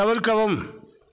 தவிர்க்கவும்